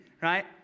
right